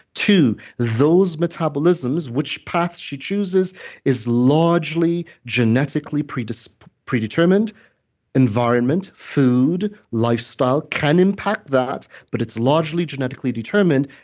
two, those metabolisms, which path she chooses is largely genetically predetermined predetermined environment, food, lifestyle can impact that, but it's largely genetically determined.